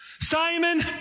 Simon